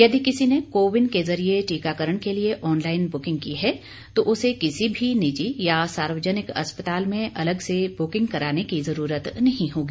यदि किसी ने को विन के जरिए टीकाकरण के लिए ऑनलाइन बुकिंग की है तो उसे किसी भी निजी या सार्वजनिक अस्पताल में अलग से ब्रकिंग कराने की जरूरत नहीं होगी